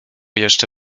jeszcze